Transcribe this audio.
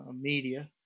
media